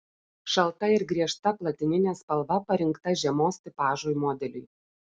šalta ir griežta platininė spalva parinkta žiemos tipažui modeliui